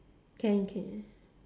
can can